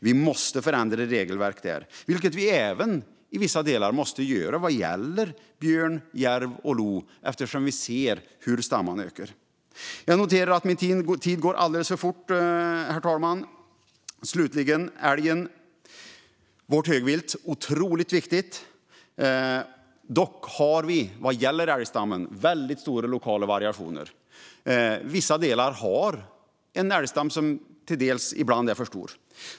Vi måste förändra regelverket där. Det måste vi även till vissa delar göra vad gäller björn, järv och lo, eftersom vi ser hur stammarna ökar. Jag noterar att min talartid går alldeles för fort, herr talman. Slutligen ska jag tala om älgen, vårt högvilt. Det är otroligt viktigt. Dock har vi vad gäller älgstammen väldigt stora lokala variationer. Vissa delar har en älgstam som ibland är för stor.